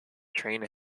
train